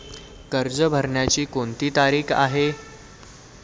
कर्ज भरण्याची कोणती तारीख आहे?